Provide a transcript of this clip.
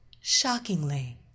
shockingly